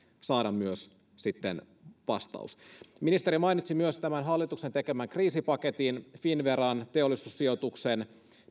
saada myös sitten vastaus ministeri mainitsi myös tämän hallituksen tekemän kriisipaketin finnveran teollisuussijoituksen